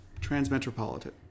Transmetropolitan